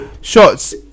shots